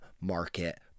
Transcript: market